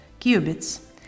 qubits